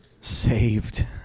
saved